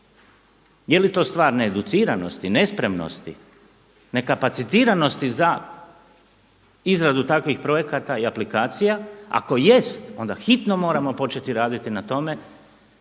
Je li to stvar needuciranosti, nespremnosti, nekapacitiranosti za izradu takvih projekata i aplikacija? Ako jest, onda hitno moramo početi raditi na tome